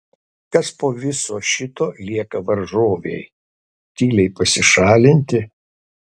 kas po viso šito lieka varžovei tyliai pasišalinti